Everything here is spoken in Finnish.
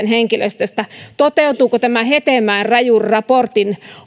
henkilöstöstä toteutuuko hetemäen rajun raportin